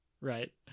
Right